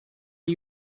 are